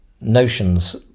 notions